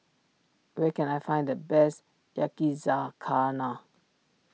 where can I find the best Yakizakana